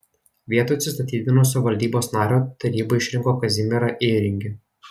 vietoj atsistatydinusio valdybos nario taryba išrinko kazimierą ėringį